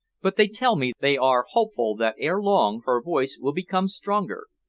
but they tell me they are hopeful that ere long her voice will become stronger,